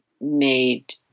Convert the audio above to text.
made